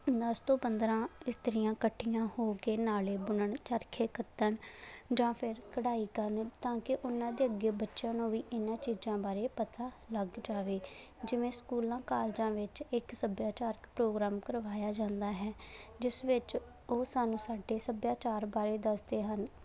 ਦਸ ਤੋਂ ਪੰਦਰ੍ਹਾਂ ਇਸਤਰੀਆਂ ਇਕੱਠੀਆਂ ਹੋ ਕੇ ਨਾਲੇ ਬੁਣਨ ਚਰਖੇ ਕੱਤਣ ਜਾਂ ਫਿਰ ਕਢਾਈ ਕਰਨ ਤਾਂ ਕਿ ਉਹਨਾਂ ਦੇ ਅੱਗੇ ਬੱਚਿਆਂ ਨੂੰ ਵੀ ਇਹਨਾਂ ਚੀਜ਼ਾਂ ਬਾਰੇ ਪਤਾ ਲੱਗ ਜਾਵੇ ਜਿਵੇਂ ਸਕੂਲਾਂ ਕਾਲਜਾਂ ਵਿੱਚ ਇੱਕ ਸੱਭਿਆਚਾਰਕ ਪ੍ਰੋਗਰਾਮ ਕਰਵਾਇਆ ਜਾਂਦਾ ਹੈ ਜਿਸ ਵਿੱਚ ਉਹ ਸਾਨੂੰ ਸਾਡੇ ਸੱਭਿਆਚਾਰ ਬਾਰੇ ਦੱਸਦੇ ਹਨ